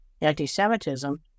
anti-Semitism